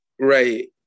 right